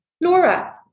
Laura